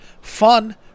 fun